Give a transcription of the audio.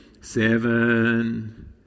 seven